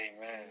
Amen